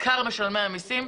עיקר משלמי המיסים,